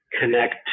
connect